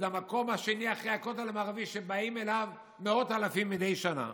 זה המקום השני אחרי הכותל המערבי שבאים אליו מאות אלפים מדי שנה.